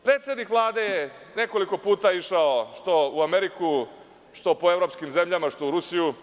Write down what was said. Predsednik Vlade je nekoliko puta išao, što u Ameriku, što po evropskim zemljama, što u Rusiju.